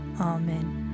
Amen